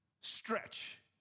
stretch